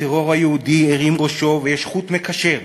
הטרור היהודי הרים ראשו, ויש חוט מקשר,